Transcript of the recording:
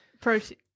Protein